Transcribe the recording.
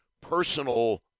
personal